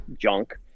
junk